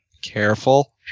Careful